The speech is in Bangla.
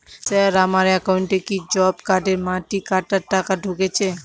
স্যার আমার একাউন্টে কি জব কার্ডের মাটি কাটার টাকা ঢুকেছে?